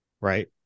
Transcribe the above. right